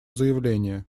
заявление